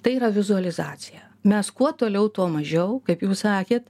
tai yra vizualizacija mes kuo toliau tuo mažiau kaip jūs sakėt